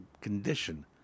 condition